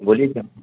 بولیے سر